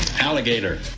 Alligator